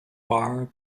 bar